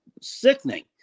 sickening